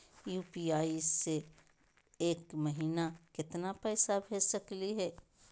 UPI स एक दिनो महिना केतना पैसा भेज सकली हे?